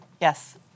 Yes